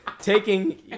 taking